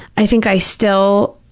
i think i still,